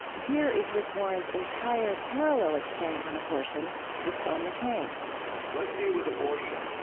here is rick warren's entire parallel exchange on abortion with john mccain let's deal with abortion.